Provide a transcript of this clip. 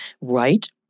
right